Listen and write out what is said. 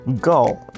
go